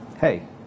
Hey